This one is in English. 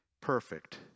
perfect